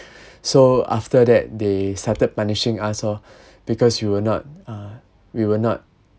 so after that they started punishing us lor because we were not uh we were not